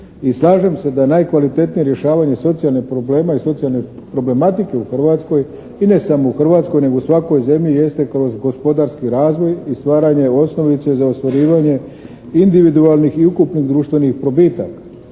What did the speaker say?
slažem da je najkvalitetnije rješavanje socijalnih problema i socijalne problematike u Hrvatskoj i ne samo u Hrvatskoj nego i u svakoj zemlji jeste kroz gospodarski razvoj i stvaranje osnovice za ostvarivanje individualnih i ukupnih društvenih probitaka.